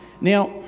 Now